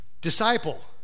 disciple